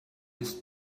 ist